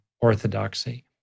orthodoxy